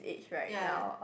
ya